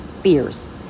Fears